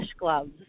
gloves